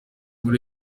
muri